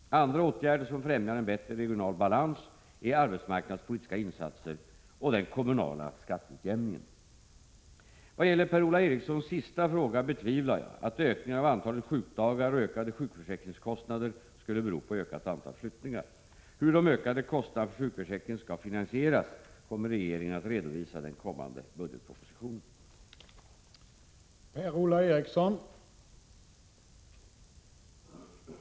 Andra åtgärder som främjar en bättre regional balans är arbetsmarknadspolitiska insatser och den kommunala skatteutjämningen. Vad gäller Per-Ola Erikssons sista fråga betvivlar jag att ökningen av antalet sjukdagar och ökade sjukförsäkringskostnader skulle bero på ökat antal flyttningar. Hur de ökade kostnaderna för sjukförsäkringen skall finansieras kommer regeringen att redovisa i den kommande budgetpropositionen.